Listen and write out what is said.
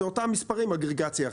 זה אותם המספרים אגריגציה אחרת.